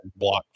blockchain